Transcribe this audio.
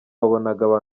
wabonaga